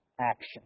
action